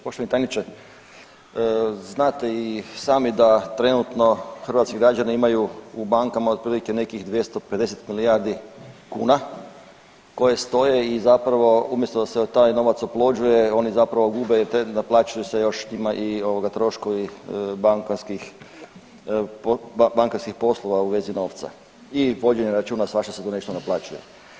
Poštovani tajniče, znate i sami da trenutno hrvatski građani imaju u bankama otprilike nekih 250 milijardi kuna koje stoje i zapravo umjesto da se taj novac oplođuje oni zapravo gube, te naplaćuju se još s njima ovoga i troškovi bankarskih, bankarskih poslova u vezi novca i vođenja računa, svašta se tu nešto naplaćuje.